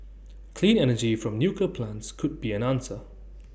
clean energy from nuclear plants could be an answer